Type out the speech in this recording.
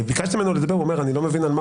ביקשתי ממנו לדבר והוא אמר שהוא לא מבין על מה